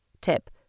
Tip